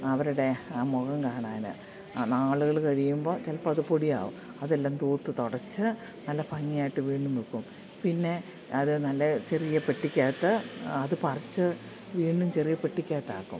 അവരുടെ ആ മുഖം കാണാൻ ആ നാളുകൾ കഴിയുമ്പോൾ ചിലപ്പമത് പൊടിയാകും അതെല്ലാം തൂത്ത് തുടച്ച് നല്ല ഭംഗിയായിട്ട് വീണ്ടും വെക്കും പിന്നെ അതു നല്ല ചെറിയ പെട്ടിക്കകത്ത് അതു പറിച്ച് വീണ്ടും ചെറിയ പെട്ടിക്കകത്താക്കും